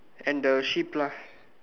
and the sheep lah